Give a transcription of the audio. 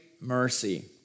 mercy